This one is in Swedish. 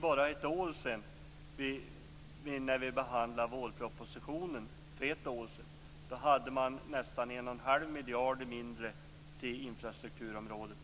När vi behandlade vårpropositionen för bara ett år sedan hade Moderaterna nästan 1,5 miljarder kronor mindre till infrastrukturen.